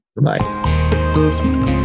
Bye